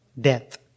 Death